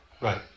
Right